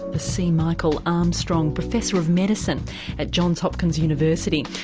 the c. michael armstrong professor of medicine at johns hopkins university,